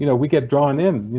you know we get drawn in.